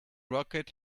rocket